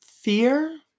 Fear